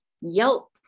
Yelp